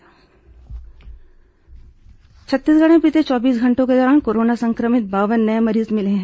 corona मरीज छत्तीसगढ़ में बीते चौबीस घंटों के दौरान कोरोना संक्रमित बावन नए मरीज मिले हैं